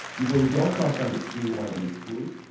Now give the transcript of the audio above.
people who don't come from the tier one elite schools,